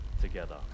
together